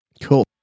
Cool